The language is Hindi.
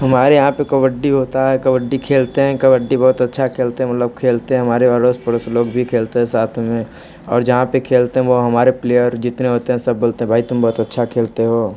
हमारे यहाँ पे कबड्डी होता है कबड्डी खेलते हैं कबड्डी बहुत अच्छा खेलते हैं हम लोग खेलते हमारे अड़ोस पड़ोस लोग भी खेलते है साथ में और जहाँ पे खेलते हैं वो हमारे प्लेयर जितने होते हैं सब बोलते हैं भाई तुम बहुत अच्छा खेलते हो